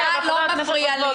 אתה לא מפריע לי.